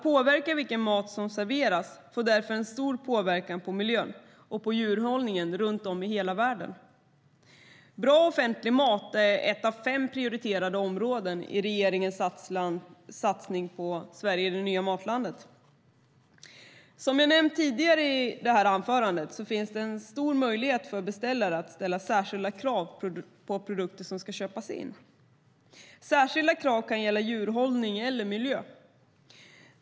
Valet av vilken mat som serveras får därför stor påverkan på miljön och djurhållningen runt om i hela världen. Bra offentlig mat är ett av fem prioriterade områden i regeringens satsning Sverige - det nya matlandet. Som jag nämnt tidigare i det här anförandet finns det en stor möjlighet för beställaren att ställa särskilda krav på produkter som ska köpas in. Särskilda krav kan gälla djurhållning eller miljö.